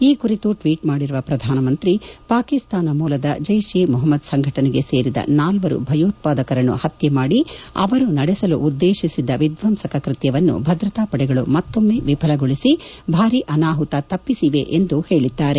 ಈ ಕುರಿತು ಟ್ವೀಟ್ ಮಾಡಿರುವ ಪ್ರಧಾನಮಂತ್ರಿ ಅವರು ಪಾಕಿಸ್ತಾನ ಮೂಲದ ಜೈಶ್ ಎ ಮೊಹಮ್ನದ್ ಸಂಘಟನೆಗೆ ಸೇರಿದ ನಾಲ್ವರು ಭಯೋತ್ಪಾದಕರನ್ನು ಹತ್ತೆ ಮಾಡಿ ಅವರು ನಡೆಸಲು ಉದ್ದೇತಿಸಿದ್ದ ವಿದ್ವಂಸಕ ಕೃತ್ಣವನ್ನು ಭದ್ರತಾಪಡೆಗಳು ಮತ್ತೊಮ್ನೆ ವಿಫಲಗೊಳಿಸಿ ಭಾರಿ ಅನಾಹುತ ತಪ್ಪಿಸಿವೆ ಎಂದು ಹೇಳಿದ್ದಾರೆ